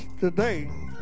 today